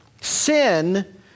Sin